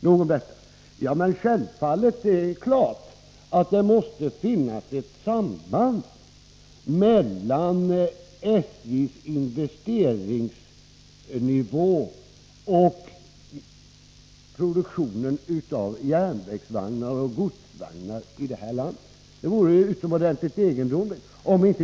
Nog om detta. Det är klart att det måste finnas ett samband mellan SJ:s investeringsnivå och produktionen av järnvägsvagnar och godsvagnar i det här landet. Något annat vore utomordentligt egendomligt.